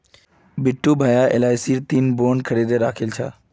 बिट्टू भाया एलआईसीर तीन बॉन्ड खरीदे राखिल छ